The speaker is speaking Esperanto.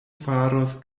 faros